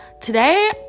today